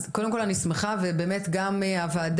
אז קודם כל אני שמחה ובאמת גם הוועדה